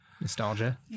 Nostalgia